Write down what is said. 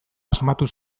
asmatu